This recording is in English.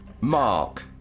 Mark